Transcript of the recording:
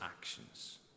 actions